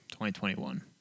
2021